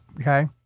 Okay